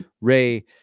ray